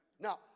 Now